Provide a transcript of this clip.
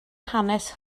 hanes